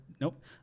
Nope